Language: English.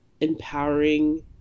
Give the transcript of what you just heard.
empowering